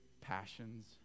passions